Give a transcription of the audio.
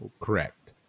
correct